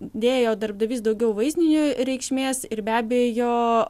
dėjo darbdavys daugiau vaizdiniui reikšmės ir be abejo